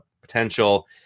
potential